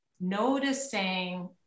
noticing